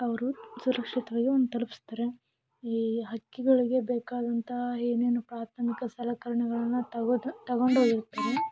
ಅವರು ಸುರಕ್ಷಿತವಾಗಿ ಅವನ್ನ ತಲುಪಿಸ್ತಾರೆ ಈ ಹಕ್ಕಿಗಳಿಗೆ ಬೇಕಾದಂತಹ ಏನೇನು ಪ್ರಾಥಮಿಕ ಸಲಕರಣೆಗಳನ್ನು ತೆಗೆದು ತಗೊಂಡೋಗಿರ್ತಾರೆ